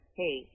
hey